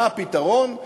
מה הפתרון?